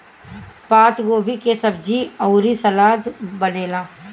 पातगोभी के सब्जी अउरी सलाद बनेला